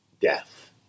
death